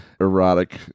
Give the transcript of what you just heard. erotic